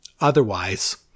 Otherwise